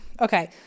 okay